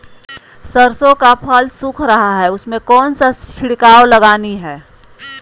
सरसो का फल सुख रहा है उसमें कौन सा छिड़काव लगानी है?